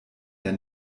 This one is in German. der